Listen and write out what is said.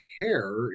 care